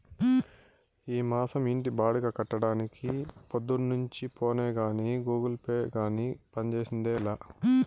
ఈ మాసం ఇంటి బాడుగ కట్టడానికి పొద్దున్నుంచి ఫోనే గానీ, గూగుల్ పే గానీ పంజేసిందేలా